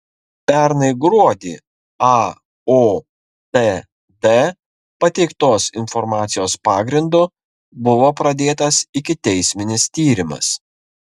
pernai gruodį aotd pateiktos informacijos pagrindu buvo pradėtas ikiteisminis tyrimas